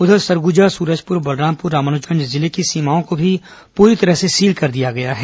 वहीं सरगुजा सूरजपुर और बलरामपुर रामानुजगंज जिले की सीमाओं को भी पूरी तरह से सील कर दिया गया है